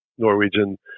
Norwegian